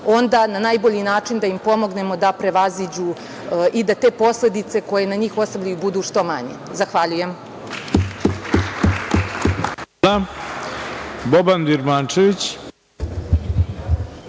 onda na najbolji način da im pomognemo da prevaziđu i da te posledice koje na njih ostavljaju da budu što manje. Zahvaljujem.